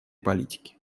политики